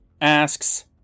asks